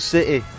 City